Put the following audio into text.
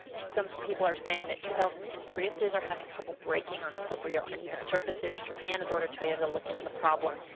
some people are saying that two thousand and ten priuses are having trouble breaking on slippery or uneven surfaces. japan has ordered toyota to look into the problem,